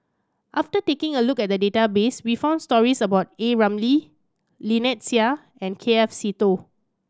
after taking a look at the database we found stories about A Ramli Lynnette Seah and K F Seetoh